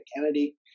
Kennedy